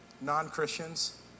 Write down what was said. Non-Christians